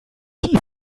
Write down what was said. die